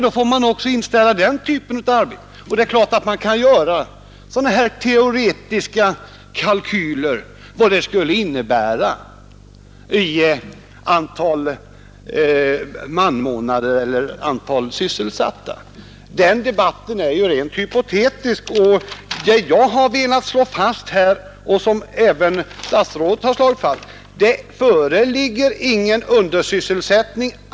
Då får man också som bekant inställa den typen av arbete. Det är klart att man kan göra teoretiska kalkyler över vad det skulle innebära i antalet sysselsatta per månad eller år. Den debatten är rent hypotetisk. Vad jag liksom även statsrådet har velat slå fast är att det inte föreligger någon undersysselsättning.